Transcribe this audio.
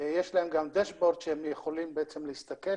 יש להם גם דשבורד שהם יכולים בעצם להסתכל